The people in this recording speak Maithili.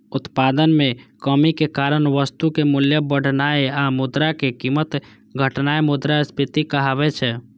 उत्पादन मे कमीक कारण वस्तुक मूल्य बढ़नाय आ मुद्राक कीमत घटनाय मुद्रास्फीति कहाबै छै